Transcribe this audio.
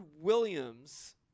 Williams